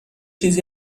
چیزی